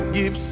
give